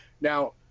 now